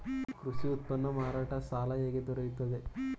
ಕೃಷಿ ಉತ್ಪನ್ನ ಮಾರಾಟ ಸಾಲ ಹೇಗೆ ದೊರೆಯುತ್ತದೆ?